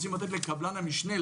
לתת לקבלן המשנה,